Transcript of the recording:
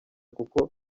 kuko